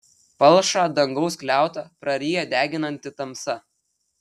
palšą dangaus skliautą praryja deginanti tamsa